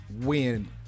win